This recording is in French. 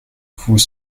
vous